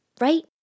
right